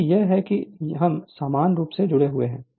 क्योंकि यह है कि हम समान रूप से जुड़े हुए हैं